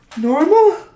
normal